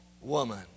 woman